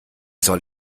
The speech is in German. soll